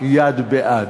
יד בעד.